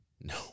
No